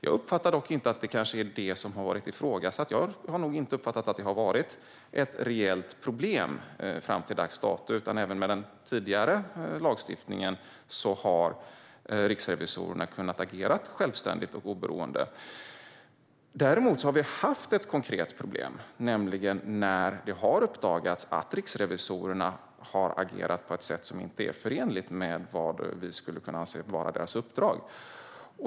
Jag uppfattar dock inte att det är detta som har varit ifrågasatt. Jag har inte uppfattat att det har varit ett reellt problem fram till dags dato. Även med den tidigare lagstiftningen har riksrevisorerna kunnat agera självständigt och oberoende. Däremot har vi haft ett konkret problem när det har uppdagats att riksrevisorerna har agerat på ett sätt som inte är förenligt med vad vi skulle kunna anse vara deras uppdrag.